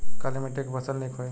काली मिट्टी क फसल नीक होई?